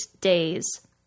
days